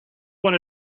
want